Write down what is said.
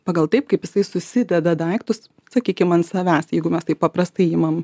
pagal taip kaip jisai susideda daiktus sakykim ant savęs jeigu mes taip paprastai imam